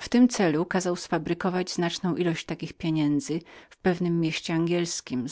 w tym celu kazał sfałszować znaczną ilość takowych pieniędzy w pewnem mieście angielskiem